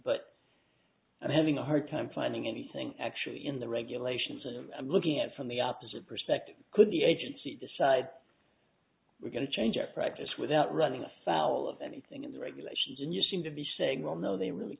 but i'm having a hard time finding anything actually in the regulations and i'm looking at from the opposite perspective could the agency decide we're going to change our practice without running afoul of anything in the regulations and you seem to be saying well no they really